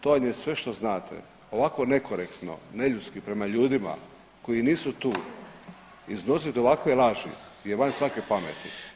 To vam je sve što znate, ovako nekorektno, neljudski prema ljudima koji nisu tu iznosit ovakve laži je van svake pameti.